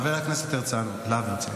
חבר הכנסת להב הרצנו,